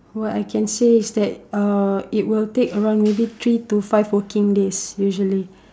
what can I say is that uh it will take around maybe three to five working days usually